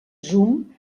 zoom